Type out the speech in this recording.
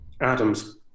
Adams